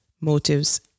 motives